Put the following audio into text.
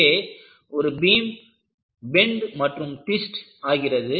இங்கே ஒரு beam bend மற்றும் ட்விஸ்ட் ஆகிறது